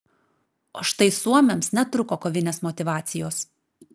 o štai suomiams netrūko kovinės motyvacijos